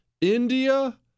India